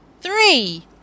Three